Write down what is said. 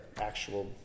actual